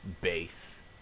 base